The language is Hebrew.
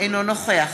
אינו נוכח